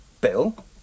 Bill